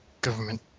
government